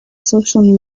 social